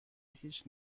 هیچ